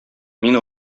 мин